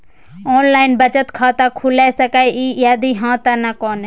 Online बचत खाता खुलै सकै इ, यदि हाँ त केना?